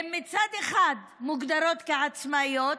הן מצד אחד מוגדרות כעצמאיות,